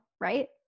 right